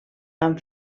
van